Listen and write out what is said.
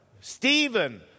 Stephen